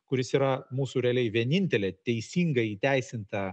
kuris yra mūsų realiai vienintelė teisinga įteisinta